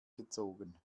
gezogen